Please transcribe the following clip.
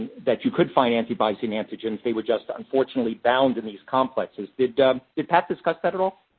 that you could find anti-bodies in antigens, they were just unfortunately, bound in these complexes. did did pat discuss that at all?